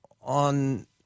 on